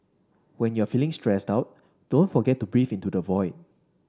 when you are feeling stressed out don't forget to breathe into the void